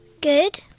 Good